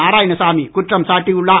நாராயணசாமி குற்றம் சாட்டியுள்ளார்